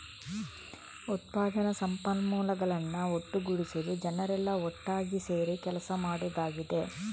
ಉತ್ಪಾದನಾ ಸಂಪನ್ಮೂಲಗಳನ್ನ ಒಟ್ಟುಗೂಡಿಸುದು ಜನರೆಲ್ಲಾ ಒಟ್ಟಾಗಿ ಸೇರಿ ಕೆಲಸ ಮಾಡುದಾಗಿದೆ